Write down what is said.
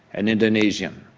and indonesian